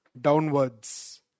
downwards